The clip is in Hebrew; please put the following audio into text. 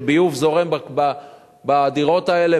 שביוב זורם בדירות האלה,